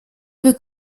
peu